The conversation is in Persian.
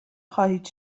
خواهید